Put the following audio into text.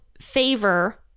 favor